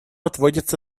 отводится